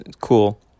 cool